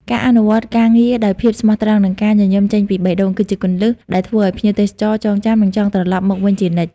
ការអនុវត្តការងារដោយភាពស្មោះត្រង់ និងការញញឹមចេញពីបេះដូង គឺជាគន្លឹះដែលធ្វើឱ្យភ្ញៀវទេសចរចងចាំ និងចង់ត្រឡប់មកវិញជានិច្ច។